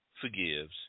forgives